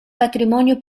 patrimonio